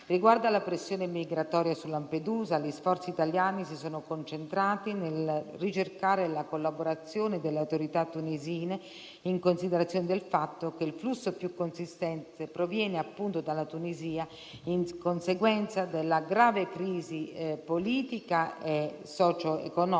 Riguardo alla pressione immigratoria su Lampedusa, gli sforzi italiani si sono concentrati nel ricercare la collaborazione delle autorità tunisine, in considerazione del fatto che il flusso più consistente proviene appunto dalla Tunisia in conseguenza della grave crisi politica e socioeconomica